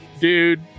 dude